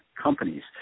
companies